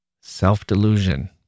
self-delusion